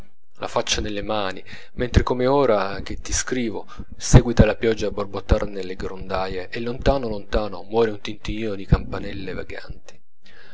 la faccia nelle mani mentre come ora che ti scrivo seguita la pioggia a borbottar nelle grondaie e lontano lontano muore un tintinnio di campanelle vaganti